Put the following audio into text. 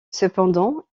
cependant